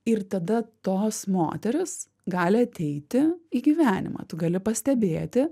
ir tada tos moterys gali ateiti į gyvenimą tu gali pastebėti